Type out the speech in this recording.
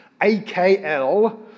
AKL